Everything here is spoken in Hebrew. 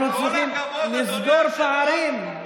אנחנו צריכים לסגור פערים.